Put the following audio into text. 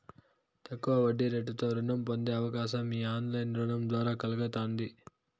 తక్కువ వడ్డీరేటుతో రుణం పొందే అవకాశం ఈ ఆన్లైన్ రుణం ద్వారా కల్గతాంది